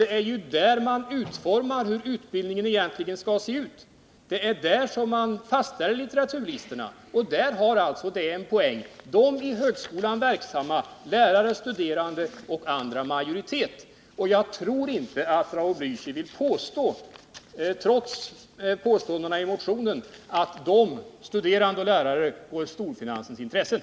Det är ju inom linjenämnderna man utformar hur utbildningen egentligen skall se ut. Det är där man fastställer litteraturlistorna. Där har — och det är en poäng — de i högskolan verksamma, lärare, studerande och andra, majoritet. Trots påståendet i motionen tror jag inte att Raul Blächer vill hävda att lärare och studerande går storfinansens ärenden.